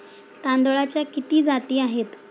तांदळाच्या किती जाती आहेत?